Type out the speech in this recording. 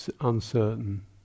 uncertain